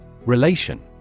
Relation